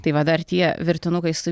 tai va dar tie virtinukai su